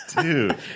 Dude